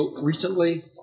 recently